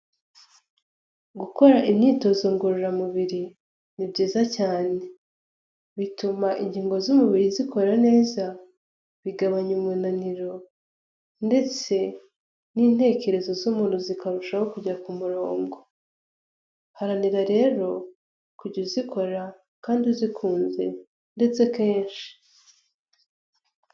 Gukora imyitozo ngororamubiri ni byiza cyane bituma ingingo z'umubiri zikora neza bigabanya umunaniro ndetse n'intekerezo z'umuntu zikarushaho kujya ku murongo haranira rero kujya uzikora kandi uzikunze ndetse kenshi.